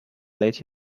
let